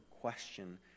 question